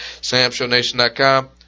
samshownation.com